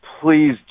please